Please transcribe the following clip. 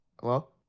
Hello